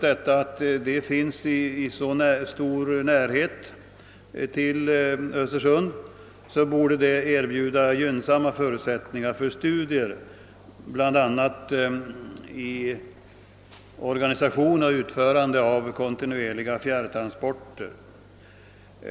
Detta förhållande borde erbjuda gynnsamma förutsättningar för studier, bl.a. i organisation och utförande av kontinuerliga fjärrtransporter.